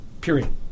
Period